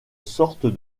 sorte